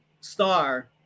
star